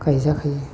गायजाखायो